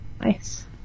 Nice